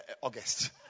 August